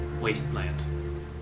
wasteland